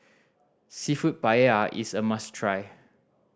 Seafood Paella is a must try